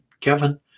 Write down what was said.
Kevin